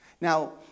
Now